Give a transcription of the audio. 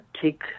take